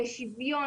לשוויון,